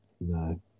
No